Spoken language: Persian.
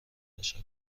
تشکر